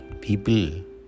people